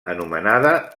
anomenada